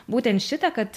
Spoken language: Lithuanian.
būtent šitą kad